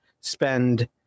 spend